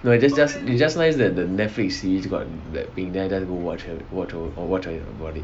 it's just it's just nice that the Netflix series you got blackpink then I just go watch watch watch about it